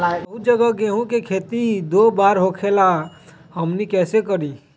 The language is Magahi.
बहुत जगह गेंहू के खेती दो बार होखेला हमनी कैसे करी?